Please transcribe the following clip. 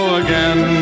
again